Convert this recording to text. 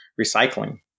recycling